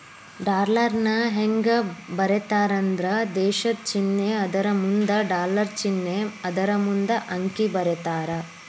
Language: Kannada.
ಡಾಲರ್ನ ಹೆಂಗ ಬರೇತಾರಂದ್ರ ದೇಶದ್ ಚಿನ್ನೆ ಅದರಮುಂದ ಡಾಲರ್ ಚಿನ್ನೆ ಅದರಮುಂದ ಅಂಕಿ ಬರೇತಾರ